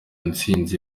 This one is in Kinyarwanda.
ntsinzi